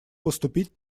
поступить